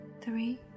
three